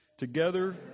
Together